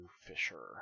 Fisher